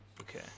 okay